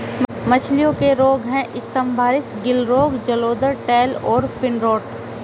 मछलियों के रोग हैं स्तम्भारिस, गिल रोग, जलोदर, टेल और फिन रॉट